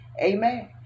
Amen